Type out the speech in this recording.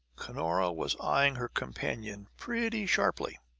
cunora was eying her companion pretty sharply.